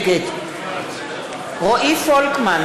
נגד רועי פולקמן,